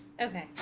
Okay